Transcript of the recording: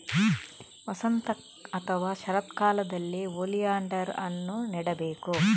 ವಸಂತ ಅಥವಾ ಶರತ್ಕಾಲದಲ್ಲಿ ಓಲಿಯಾಂಡರ್ ಅನ್ನು ನೆಡಬೇಕು